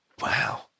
Wow